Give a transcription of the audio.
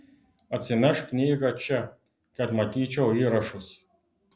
atsinešk knygą čia kad matyčiau įrašus